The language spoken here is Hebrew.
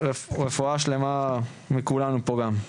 רפואה שלמה מכולנו פה גם.